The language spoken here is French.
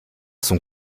son